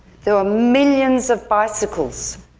there were millions of bicycles.